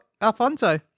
Alfonso